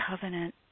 covenant